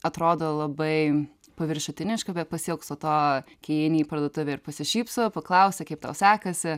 atrodo labai paviršutiniška bet pasiilgstu to kai įeini į parduotuvę ir pasišypso paklausia kaip tau sekasi